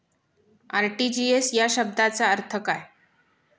RTGS या शब्दाचा अर्थ काय?